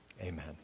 Amen